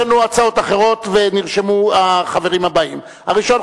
יש לנו הצעות אחרות ונרשמו החברים הבאים: הראשון,